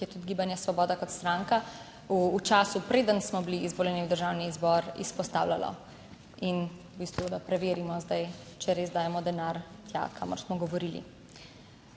jih je tudi Gibanje Svoboda kot stranka v času preden smo bili izvoljeni v Državni zbor, izpostavljalo in v bistvu, da preverimo zdaj, če res dajemo denar tja, kamor smo govorili.